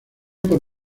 por